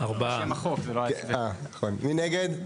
מי נגד?